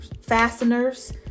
fasteners